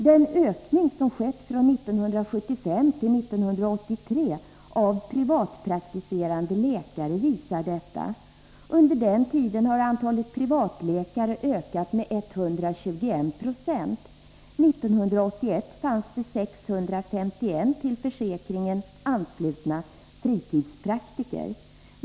Den ökning som skett från 1975 till 1983 av privatpraktiserande läkare visar detta. Under den tiden har antalet privatläkare ökat med 121 96. År 1981 fanns det 651 till försäkringen anslutna fritidspraktiker.